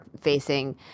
facing